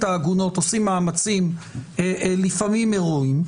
העגונות עושים מאמצים לפעמים הרואיים,